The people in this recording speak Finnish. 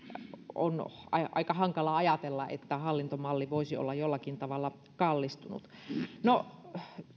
on aika hankalaa ajatella että hallintomalli voisi olla jollakin tavalla kallistunut no